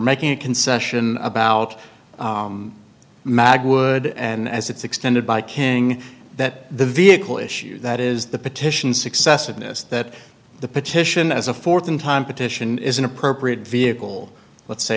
making a concession about mag wood and as it's extended by king that the vehicle issue that is the petition success of this that the petition as a fourth in time petition is an appropriate vehicle let's say